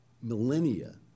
millennia